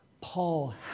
Paul